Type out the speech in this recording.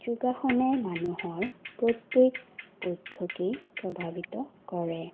যোগাসনে মানুহৰ প্ৰত্যেক পক্ষকে প্ৰভাৱিত কৰে